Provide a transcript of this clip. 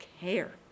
care